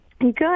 good